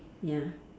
ya